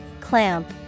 Clamp